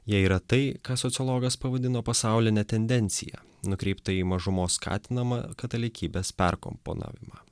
jie yra tai ką sociologas pavadino pasauline tendencija nukreipta į mažumos skatinamą katalikybės perkomponavimą